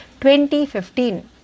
2015